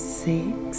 six